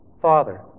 father